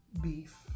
beef